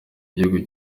igihugu